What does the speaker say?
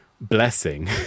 blessing